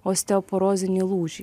osteoporozinį lūžį